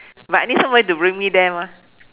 but I need somebody to bring me there mah